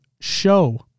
show